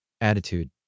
attitude